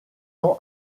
ans